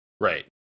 Right